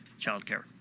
childcare